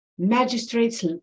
Magistrates